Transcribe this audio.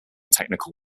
technical